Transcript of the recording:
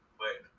wait